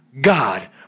God